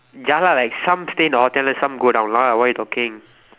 ya lah like some stay in the hotel then some go down lah what you talking